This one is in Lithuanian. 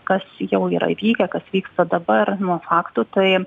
kas jau yra įvykę kas vyksta dabar nu faktų tai